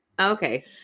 Okay